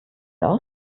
aus